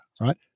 right